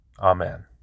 Amen